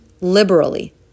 liberally